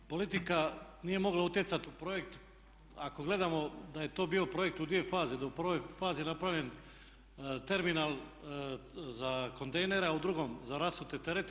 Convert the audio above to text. Politika nije mogla utjecati u projekt ako gledamo da je to bio projekt u dvije faze, da je u prvoj fazi napravljen terminal za kontejnere a u drugom za rasute terete.